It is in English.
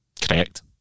Correct